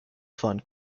fund